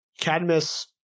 Cadmus